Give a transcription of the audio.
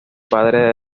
padre